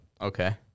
okay